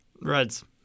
Reds